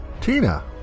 Tina